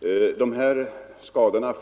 Det är svårt att bedöma dessa skador efter en mall.